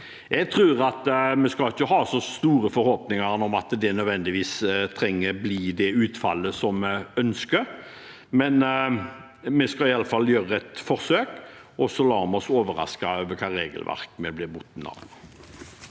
Jeg tror at vi ikke skal ha så store forhåpninger om at det nødvendigvis trenger å bli det utfallet som vi ønsker, men vi skal iallfall gjøre et forsøk, og så lar vi oss overraske av hvilket regelverk vi blir bundne av.